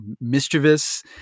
mischievous